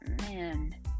Man